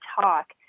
talk